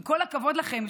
עם כל הכבוד לכם,